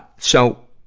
so,